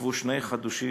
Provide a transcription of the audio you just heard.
עוכבו שני חשודים